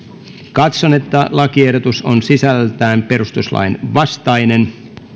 katson että lakiehdotus on sisällöltään perustuslain vastainen